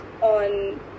on